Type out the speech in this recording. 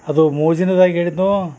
ಅದು ಮೋಜಿನೊದಾಗ ಹೇಳಿದ್ನೋ